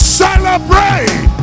celebrate